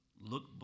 look